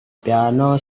piano